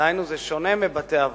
דהיינו, זה שונה מבתי-אבות.